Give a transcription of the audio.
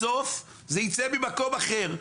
בסוף זה ייצא ממקום אחר,